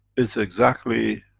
it's exactly